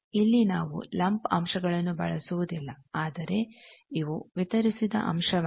ಇಲ್ಲಿ ನಾವು ಲಂಪ್ ಅಂಶಗಳನ್ನು ಬಳಸುವುದಿಲ್ಲ ಆದರೆ ಇವು ವಿತರಿಸಿದ ಅಂಶವಾಗಿವೆ